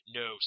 no